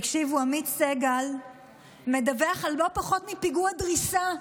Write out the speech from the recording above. תקשיבו, עמית סגל מדווח על לא פחות מפיגוע דריסה,